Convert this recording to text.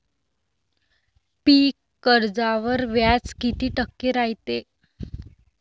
पीक कर्जावर व्याज किती टक्के रायते?